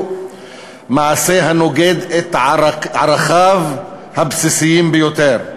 מעשה הנוגד את ערכיו הבסיסיים ביותר.